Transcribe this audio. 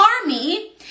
army